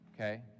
okay